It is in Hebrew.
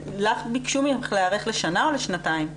ביקשו ממך להיערך לשנה או לשנתיים?